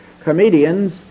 comedians